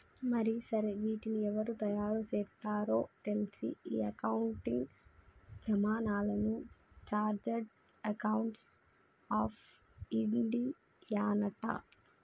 మరి సరే వీటిని ఎవరు తయారు సేత్తారో తెల్సా ఈ అకౌంటింగ్ ప్రమానాలను చార్టెడ్ అకౌంట్స్ ఆఫ్ ఇండియానట